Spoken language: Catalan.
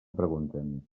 pregunten